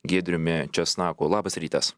giedriumi česnaku labas rytas